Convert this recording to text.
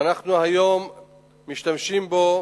והיום אנחנו משתמשים בו